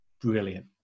brilliant